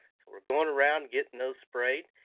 so we're going around getting those sprayed,